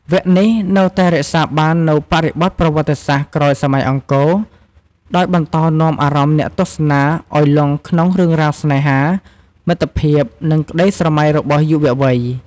វគ្គនេះនៅតែរក្សាបាននូវបរិបទប្រវត្តិសាស្ត្រក្រោយសម័យអង្គរ ដោយបន្តនាំអារម្មណ៍អ្នកទស្សនាឱ្យលង់ក្នុងរឿងរ៉ាវស្នេហា មិត្តភាព និងក្ដីស្រមៃរបស់យុវវ័យ។